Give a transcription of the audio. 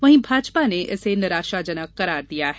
वहीं भाजपा ने इसे निराशाजनक करार दिया है